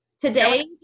Today